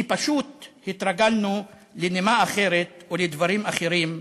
כי פשוט התרגלנו לנימה אחרת או לדברים אחרים,